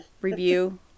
review